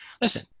listen